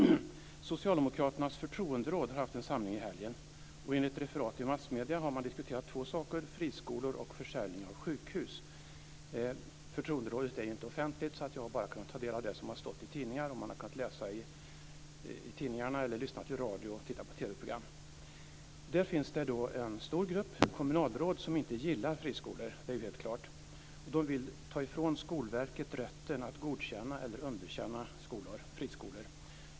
Socialdemokraternas förtroenderåd har haft en samling i helgen och enligt referat i massmedierna har man diskuterat två saker, friskolor och försäljning av sjukhus. Förtroenderådet är inte offentligt, så jag har bara kunnat ta del av det som man har kunnat läsa i tidningarna, höra på radio eller se i TV-program. Det finns en stor grupp kommunalråd som inte gillar friskolor. Det är helt klart. De vill ta ifrån Skolverket rätten att godkänna eller underkänna friskolor.